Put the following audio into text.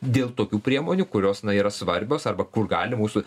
dėl tokių priemonių kurios na yra svarbios arba kur gali mūsų